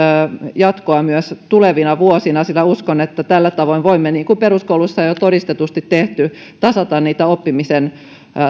jatkoa myös tulevina vuosina sillä uskon että tällä tavoin voimme niin kuin peruskouluissa on jo todistetusti tehty tasata oppimisen